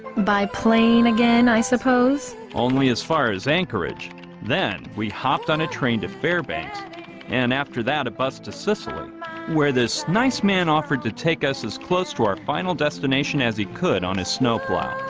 by plane again, i suppose only as far as anchorage then we hopped on a train to fairbanks and after that a bus to sicily where this nice man offered to take us as close to our final destination as he could on his snow plow